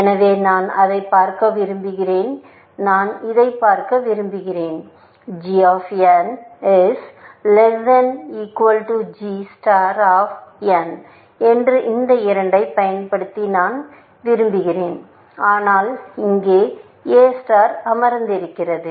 எனவே நான் அதைப் பார்க்க விரும்புகிறேன் நான் இதை பார்க்க விரும்புகிறேன் g of n is less than equal to g star of n என்ற இந்த இரண்டைப் பயன்படுத்தி நான் விரும்புகிறேன் ஆனால் அங்கே எ ஸ்டார் அமர்ந்திருக்கிறது